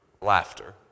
laughter